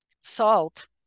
salt